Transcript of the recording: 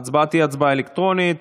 ההצבעה תהיה הצבעה אלקטרונית.